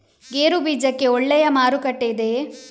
ಗೇರು ಬೀಜಕ್ಕೆ ಒಳ್ಳೆಯ ಮಾರುಕಟ್ಟೆ ಇದೆಯೇ?